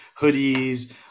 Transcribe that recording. hoodies